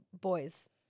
boys